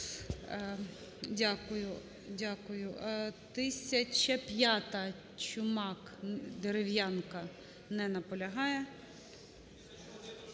Дякую,